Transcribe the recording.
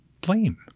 blame